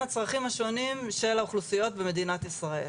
הצרכים השונים של האוכלוסיות במדינת ישראל.